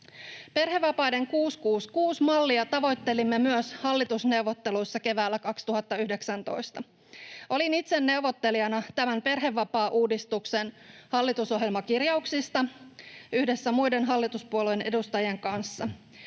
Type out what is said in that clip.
Perhevapaiden 666-mallia tavoittelimme myös hallitusneuvotteluissa keväällä 2019. Olin itse neuvottelemassa tämän perhevapaauudistuksen hallitusohjelmakirjauksista yhdessä muiden hallituspuolueiden edustajien kanssa.